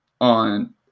on